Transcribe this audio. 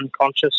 unconscious